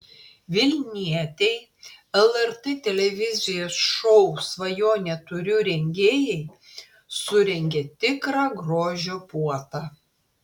vilnietei lrt televizijos šou svajonę turiu rengėjai surengė tikrą grožio puotą